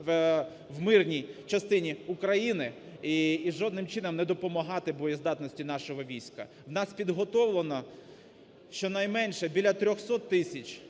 в мирній частині України і жодним чином не допомагати боєздатності нашого війська. В нас підготовлено, щонайменше, біля 300 тисяч